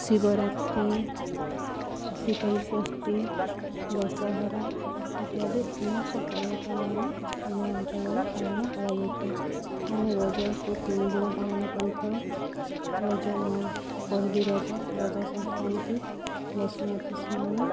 ଶିବରାତ୍ରି ଶୀତଳଷଷ୍ଠୀ ଦଶହରା ଇତ୍ୟାଦି ଅନେକ ପର୍ବପର୍ବାଣୀ ଆମ ଅଞ୍ଚଳରେ ପାଳନ କରାଯାଇଥାଏ ଆମେ ରଜକୁ ତିନି ଦିନ ପାଳନ କରିଥାଉ ରଜ ମୁଁ ପହିଲି ରଜ ରଜ ସଂକ୍ରାନ୍ତି ବସୁମତୀ ସ୍ନାନ